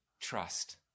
trust